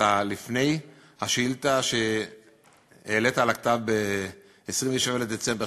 לפני השאילתה שהעלית על הכתב ב-27 בדצמבר,